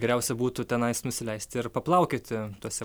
geriausia būtų tenais nusileisti ir paplaukioti tuose